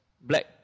Black